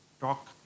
talk